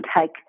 take